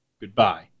Goodbye